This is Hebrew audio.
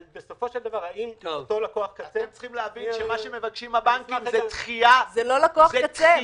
בסופו של דבר האם כל לקוח קצה --- זה לא לקוח קצה.